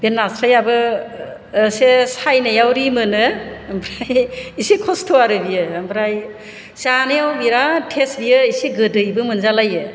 बे नास्रायआबो एसे सायनायाव रिमोनो ओमफ्राय इसे खस्थ' आरो बेयो ओमफ्राय जानायाव बिराद टेस्ट बेयो एसे गोदैबो मोनजालायो